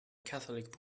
catholic